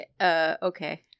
Okay